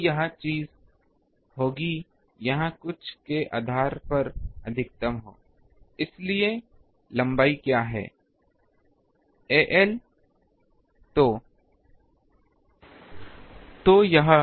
तो यह चीज़ होगी यहाँ कुछ के आधार पर अधिकतम हो लंबाई क्या है a